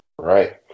right